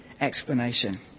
explanation